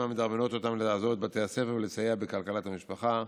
ומדרבנות אותם לעזוב את בתי הספר ולסייע בכלכלת המשפחה,